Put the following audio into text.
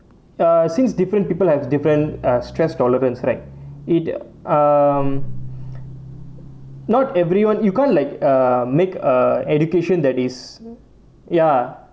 uh since different people have different uh stress tolerance right it um not everyone you can't like err make uh education that is ya